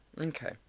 okay